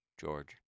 George